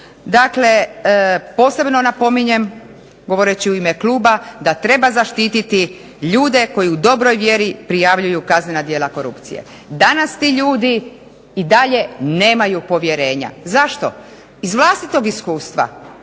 Dakle posebno napominjem, govoreći u ime kluba, da treba zaštititi ljude koji u dobroj vjeri prijavljuju kaznena djela korupcije. Danas ti ljudi i dalje nemaju povjerenja. Zašto? Iz vlastitog iskustva.